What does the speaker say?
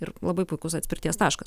ir labai puikus atspirties taškas